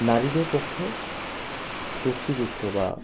নারীদের পক্ষে যুক্তিযুক্ত বা